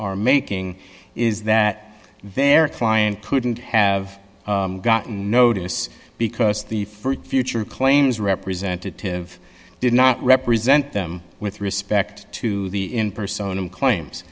are making is that their client couldn't have gotten notice because the st future claims representative did not represent them with respect to the in persona claims